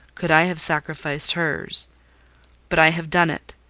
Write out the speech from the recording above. could i have sacrificed hers but i have done it.